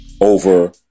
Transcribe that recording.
over